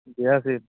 বিয়া আছিল